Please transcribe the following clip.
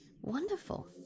Wonderful